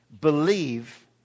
believe